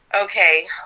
okay